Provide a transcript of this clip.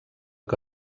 que